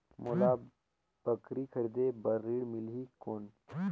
मोला बकरी खरीदे बार ऋण मिलही कौन?